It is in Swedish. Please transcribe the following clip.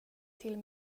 till